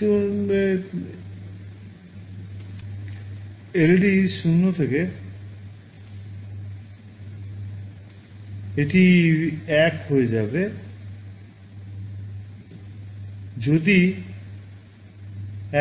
করবে led 0 থেকে এটি 1 হয়ে যাবে এটি যদি